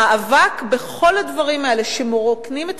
המאבק בכל הדברים האלה שמרוקנים את